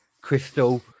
Crystal